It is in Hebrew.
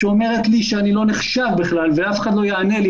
שאומרת לי שאני לא נחשב בכלל ואף אחד לא יענה לי,